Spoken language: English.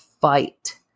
fight